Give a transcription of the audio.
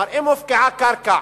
אבל אם הופקעה קרקע